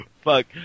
Fuck